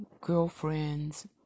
Girlfriends